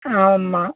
ஆமாம்